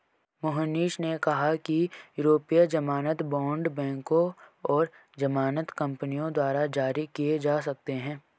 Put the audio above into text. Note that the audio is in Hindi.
मोहनीश ने कहा कि यूरोपीय ज़मानत बॉण्ड बैंकों और ज़मानत कंपनियों द्वारा जारी किए जा सकते हैं